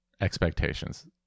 expectations